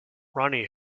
ronnie